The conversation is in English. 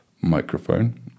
microphone